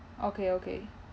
okay okay